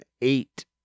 eight